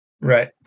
Right